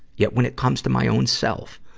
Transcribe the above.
yet, when it comes to my own self,